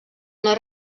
una